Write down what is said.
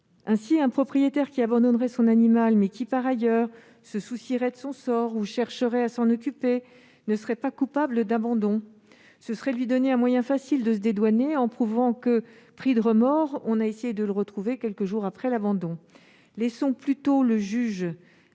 Ainsi, un propriétaire qui abandonnerait son animal, mais qui par ailleurs se soucierait de son sort ou chercherait à s'en occuper, ne serait pas coupable d'abandon. Ce serait lui donner un moyen facile de se dédouaner en lui permettant d'arguer que, pris de remords, il a tenté de retrouver son animal quelques jours après l'avoir abandonné. Laissons plutôt le juge